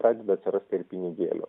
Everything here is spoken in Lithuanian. pradeda atsirasti ir pinigėlių